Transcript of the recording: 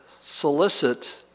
solicit